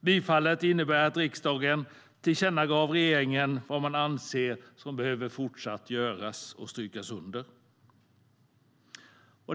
Bifallet innebär att riksdagen tillkännagav för regeringen vad man anser behöver strykas under och göras i fortsättningen.